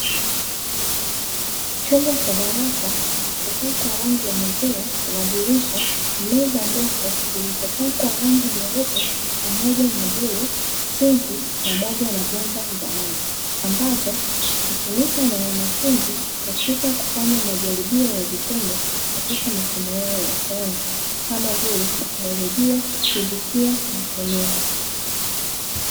Chumba cha darasa kilichopakwa rangi ya maziwa, kina dirisha, meza ndefu zilizopakwa rangi nyeupe pamoja na bluu, sinki pamoja na bomba za maji, ambazo hutumika na wanafunzi katika kufanya majaribio ya vitendo katika masomo yao ya sayansi kama vile baiolojia, fizikia na kemia.